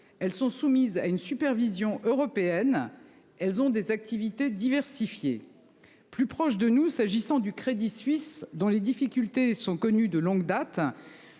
elles sont soumises à une supervision européenne, elles ont des activités diversifiées, plus proche de nous, s'agissant du Crédit Suisse, dont les difficultés sont connus de longue date.